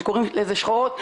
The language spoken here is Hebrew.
קוראים לזה שחורות,